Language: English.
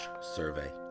survey